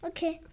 Okay